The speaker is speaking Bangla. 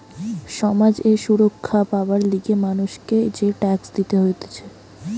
সমাজ এ সুরক্ষা পাবার লিগে মানুষকে যে ট্যাক্স দিতে হতিছে